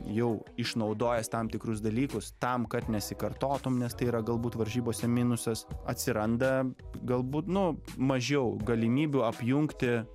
jau išnaudojęs tam tikrus dalykus tam kad nesikartotum nes tai yra galbūt varžybose minusas atsiranda galbūt nu mažiau galimybių apjungti